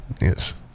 yes